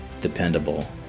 dependable